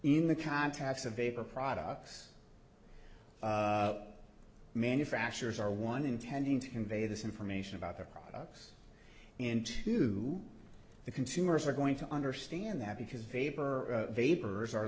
in the contacts of vapor products manufacturers are one intending to convey this information about their products into the consumers are going to understand that because vapor vapors are